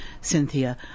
Cynthia